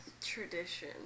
tradition